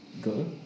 Go